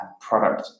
product